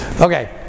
Okay